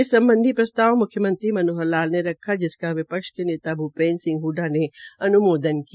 इस सम्बधी प्रस्ताव मुख्यमंत्री मनोहर लाल ने रखा जिसका विपक्ष ने नेता भूपेन्द्र सिंह हडडा ने अन्मोदन किया